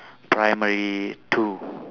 primary two